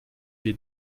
wir